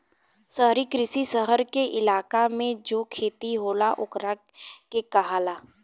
शहरी कृषि, शहर के इलाका मे जो खेती होला ओकरा के कहाला